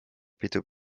pidu